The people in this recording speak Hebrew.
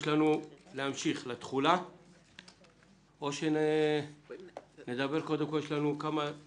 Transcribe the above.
יש לנו עוד להמשיך לתחולה או שנדבר קודם כל --- לתחולה